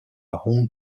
hong